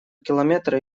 километра